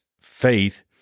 faith